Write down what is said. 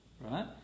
right